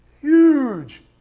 huge